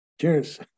Cheers